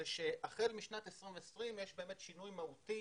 החל משנת 2020 יש שינוי מהותי.